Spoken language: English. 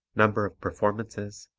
number of performances,